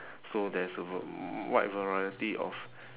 so there's a v~ wide variety of